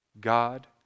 God